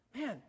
man